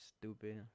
Stupid